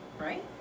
Right